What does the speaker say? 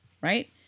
right